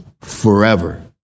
forever